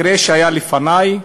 מקרה שהיה לפני,